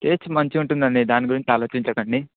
taste మంచిగా ఉంటుంది అండి దాని గురించి ఆలోచించకండి